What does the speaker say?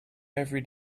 every